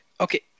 Okay